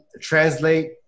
translate